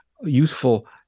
useful